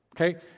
Okay